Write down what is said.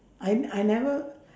I I never